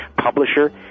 publisher